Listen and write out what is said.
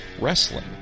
wrestling